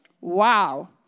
Wow